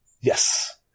Yes